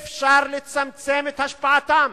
ואפשר לצמצם את השפעתם.